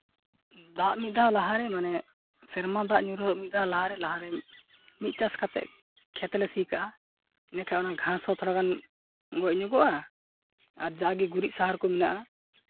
ᱫᱟᱜ ᱢᱤᱫ ᱫᱷᱟᱣ ᱞᱟᱦᱟᱨᱮ ᱢᱟᱱᱮ ᱥᱮᱨᱢᱟ ᱫᱟᱜ ᱧᱩᱨᱦᱟᱹᱜ ᱢᱤᱫ ᱫᱷᱟᱣ ᱞᱟᱦᱟᱨᱮ ᱞᱟᱦᱟᱨᱮ ᱢᱤᱫ ᱪᱟᱥ ᱠᱟᱛᱮᱫ ᱠᱷᱮᱛ ᱞᱮ ᱥᱤ ᱠᱟᱜᱼᱟ ᱮᱸᱰᱮᱠᱷᱟᱱ ᱜᱷᱟᱥ ᱦᱚᱸ ᱛᱷᱚᱲᱟᱜᱟᱱ ᱜᱚᱡ ᱧᱚᱜᱚᱜᱼᱟ ᱟᱨ ᱡᱟᱜᱮ ᱜᱩᱨᱤᱡ ᱥᱟᱦᱟᱨ ᱠᱚ ᱢᱮᱱᱟᱜᱼᱟ